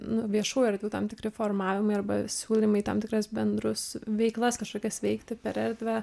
nu viešų erdvių tam tikri formavimai arba siūlymai tam tikras bendrus veiklas kažkokias veikti per erdvę